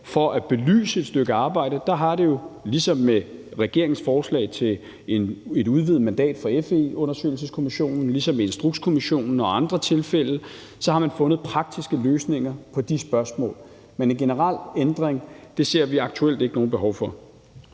for at belyse et stykke arbejde, har man jo, ligesom med regeringens forslag til et udvidet mandat for FE-undersøgelseskommissionen, ligesom med Instrukskommissionen og andre tilfælde, fundet praktiske løsninger på de spørgsmål. Men en generel ændring ser vi aktuelt ikke noget behov for.